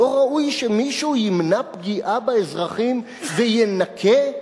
לא ראוי שמישהו ימנע פגיעה באזרחים וינקה?